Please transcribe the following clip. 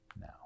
now